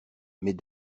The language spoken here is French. mais